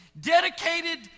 Dedicated